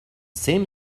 same